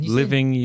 living